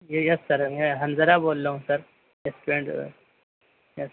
جی yes sir Hanzala بول رہا ہوں سر اسٹوڈینٹ ہوں یس